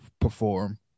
perform